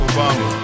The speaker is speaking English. Obama